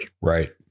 Right